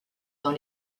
dans